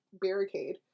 barricade